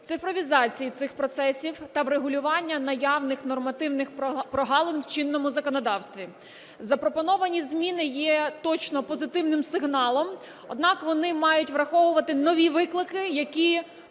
цифровізації цих процесів та врегулювання наявних нормативних прогалин в чинному законодавстві. Запропоновані зміни є точно позитивним сигналом, однак вони мають враховувати нові виклики, які